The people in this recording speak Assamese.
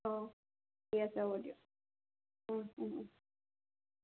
অ' ঠিক আছে হ'ব দিয়ক